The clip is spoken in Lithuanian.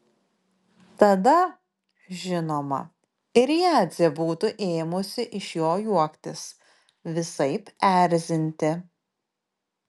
tada žinoma ir jadzė būtų ėmusi iš jo juoktis visaip erzinti